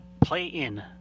play-in